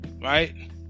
right